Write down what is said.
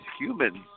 humans